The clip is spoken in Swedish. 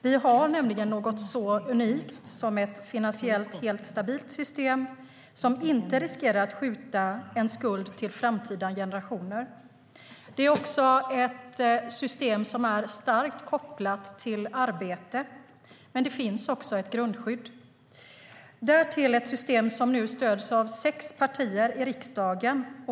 Vi har nämligen något så unikt som ett finansiellt stabilt system som inte riskerar att skjuta en skuld till framtida generationer. Det är ett system som är starkt kopplat till arbete, men det finns också ett grundskydd - därtill ett system som nu stöds av sex partier i riksdagen.